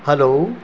hello